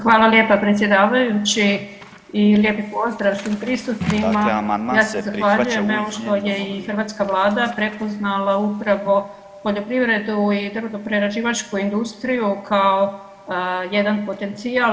Hvala lijepa predsjedavajući i lijepi pozdrav svim prisutnima [[Upadica: Dakle, amandman se prihvaća u izmijenjenom obliku.]] ja se zahvaljujem evo što je i hrvatska vlada prepoznala upravo poljoprivredu i drvoprerađivačku industriju kao jedan potencijal.